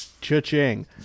Cha-ching